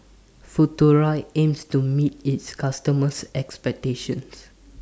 Futuro aims to meet its customers' expectations